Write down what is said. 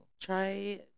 Try